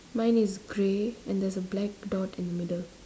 mine is grey and there is a black dot in the middle